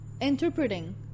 interpreting